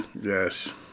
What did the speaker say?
Yes